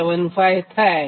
75 થાય